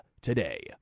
today